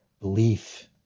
belief